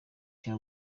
cya